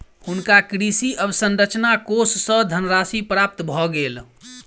हुनका कृषि अवसंरचना कोष सँ धनराशि प्राप्त भ गेल